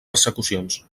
persecucions